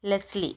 Leslie